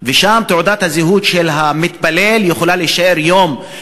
ושם תעודת הזהות של המתפלל יכולה להישאר יום,